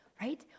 Right